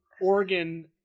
Oregon